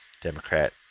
Democrat